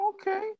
Okay